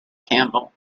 campbell